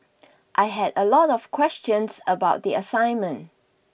I had a lot of questions about the assignment